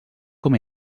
com